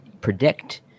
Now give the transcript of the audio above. predict